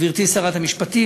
גברתי שרת המשפטים,